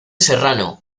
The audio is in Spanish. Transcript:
serrano